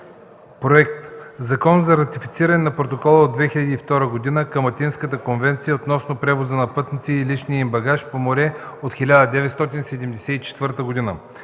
Законопроект за ратифициране на Протокола от 2002 г. към Атинската конвенция относно превоза на пътници и личния им багаж по море от 1974 г.,